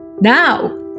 Now